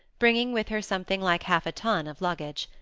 bringing with her something like half-a-ton of luggage.